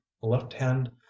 left-hand